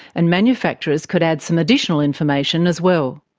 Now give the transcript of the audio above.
and manufacturers could add some additional information as well.